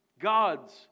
God's